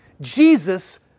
Jesus